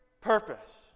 purpose